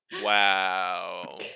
Wow